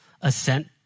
assent